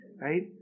Right